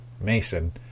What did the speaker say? Mason